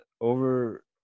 over